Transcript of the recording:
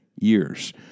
years